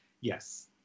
Yes